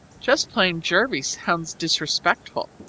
just plain jervie sounds disrespectful,